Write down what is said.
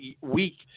week